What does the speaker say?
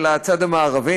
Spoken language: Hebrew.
אלא הצד המערבי,